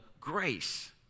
grace